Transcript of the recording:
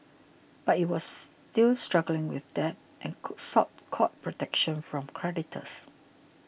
but it was still struggling with debt and could sought court protection from creditors